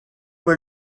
were